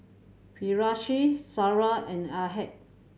Firash Sarah and Ahad